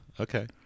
okay